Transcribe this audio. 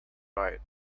right